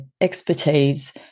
expertise